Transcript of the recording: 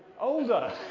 Older